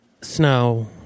snow